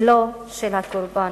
ולא של הקורבן.